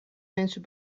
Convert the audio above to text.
mensen